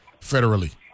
federally